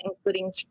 including